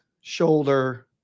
shoulder